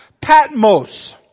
Patmos